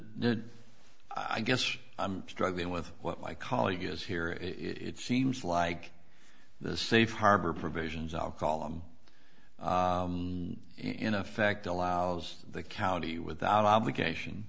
the i guess i'm struggling with what my colleague is here it seems like the safe harbor provisions i'll call him in effect allows the county without obligation